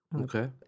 Okay